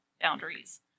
boundaries